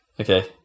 Okay